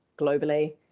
globally